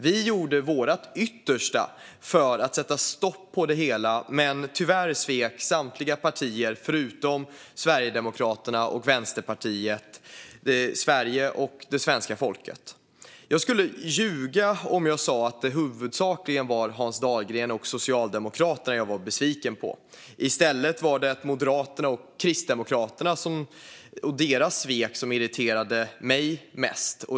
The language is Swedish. Vi gjorde vårt yttersta för att sätta stopp för det hela, men tyvärr svek samtliga partier förutom Sverigedemokraterna och Vänsterpartiet Sverige och det svenska folket. Jag skulle ljuga om jag sa att det huvudsakligen var Hans Dahlgren och Socialdemokraterna jag var besviken på. I stället var det Moderaterna och Kristdemokraterna och deras svek som irriterade mig mest.